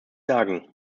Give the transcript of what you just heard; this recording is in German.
sagen